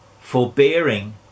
forbearing